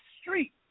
street